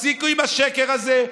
תפסיקו עם השקר הזה.